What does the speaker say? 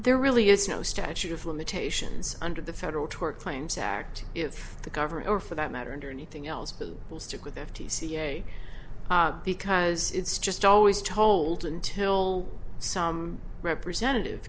there really is no statute of limitations under the federal tort claims act if the government or for that matter under anything else who will stick with f t c a because it's just always told until some representative